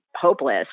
hopeless